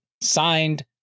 signed